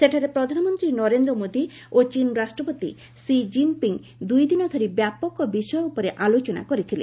ସେଠାରେ ପ୍ରଧାନମନ୍ତ୍ରୀ ନରେନ୍ଦ୍ର ମୋଦୀ ଓ ଚୀନ୍ ରାଷ୍ଟ୍ରପତି ଷି ଜିନ୍ପିଙ୍ଗ୍ ଦୁଇଦିନ ଧରି ବ୍ୟାପକ ବିଷୟ ଉପରେ ଆଲୋଚନା କରିଥିଲେ